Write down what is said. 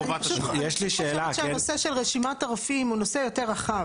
אני חושבת שהנושא של רשימת הרופאים הוא נושא יותר רחב.